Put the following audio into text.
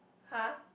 !huh!